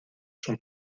sont